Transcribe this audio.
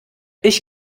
ich